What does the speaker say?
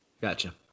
gotcha